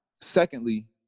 secondly